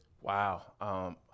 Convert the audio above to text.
Wow